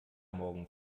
morgen